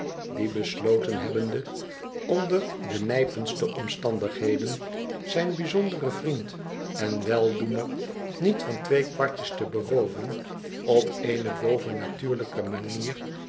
die besloten hebbende onder de nijpendste omstandigheden zijn bijzonderen vriend en weldoener niet van twee kwartjes te berooven op eene bovennatuurlijke manier